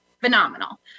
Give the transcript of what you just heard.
phenomenal